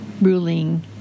ruling